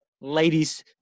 ladies